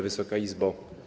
Wysoka Izbo!